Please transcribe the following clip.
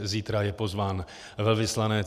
Zítra je pozván velvyslanec.